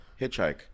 hitchhike